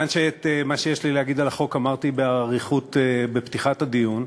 מכיוון שאת מה שיש לי להגיד על החוק אמרתי באריכות בפתיחת הדיון,